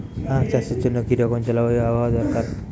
আখ চাষের জন্য কি রকম জলবায়ু ও আবহাওয়া দরকার?